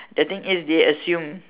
the thing is they assume